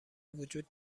وجود